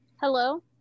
Hello